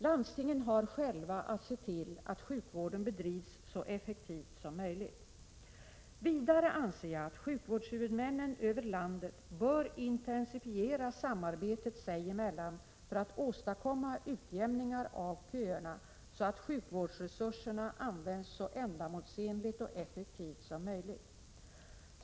Landstingen har själva att se till att sjukvården bedrivs så effektivt som möjligt. Vidare anser jag att sjukvårdshuvudmännen landet över bör intensifiera samarbetet sig emellan för att åstadkomma utjämningar av köerna, så att sjukvårdsresurserna används så ändamålsenligt och effektivt som möjligt.